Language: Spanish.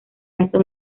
asa